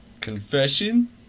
Confession